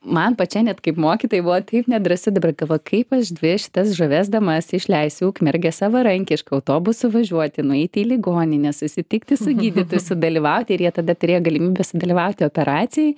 man pačiai net kaip mokytojai buvo taip nedrąsu dabar galvoju kaip aš dvi šitas žavias damas išleisiu į ukmergę savarankiškai autobusu važiuoti nueiti į ligoninę susitikti su gydytoju sudalyvauti ir jie tada turėjo galimybę sudalyvauti operacijoj